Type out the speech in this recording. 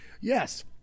Yes